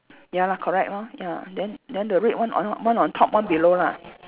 ya lah correct lor ya then then the red one on one on top one below lah